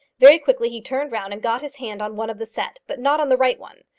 very quickly he turned round and got his hand on one of the set, but not on the right one.